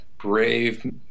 brave